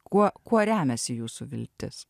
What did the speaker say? kuo kuo remiasi jūsų viltis